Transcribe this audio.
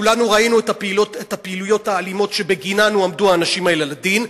כולנו ראינו את הפעילויות האלימות שבגינן הועמדו האנשים האלה לדין.